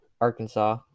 Arkansas